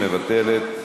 מוותרת.